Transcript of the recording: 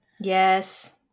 Yes